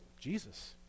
Jesus